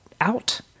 out